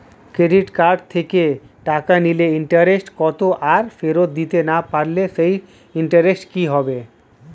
Credit card থেকে টাকা নিলে ইন্টারেস্ট কত আর ফেরত দিতে না পারলে সেই ইন্টারেস্ট কি হবে?